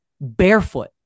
barefoot